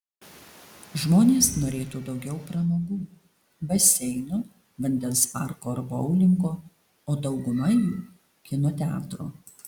žmonės norėtų daugiau pramogų baseino vandens parko ar boulingo o dauguma jų kino teatro